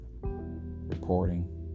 reporting